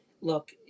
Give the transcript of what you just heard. look